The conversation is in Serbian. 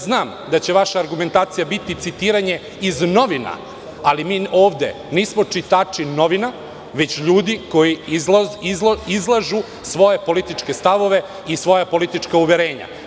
Znam da će vaš argumentacija biti citiranje iz novina, ali mi ovde nismo čitači novina, već ljudi koji izlažu svoje političke stavove i svoja politička uverenja.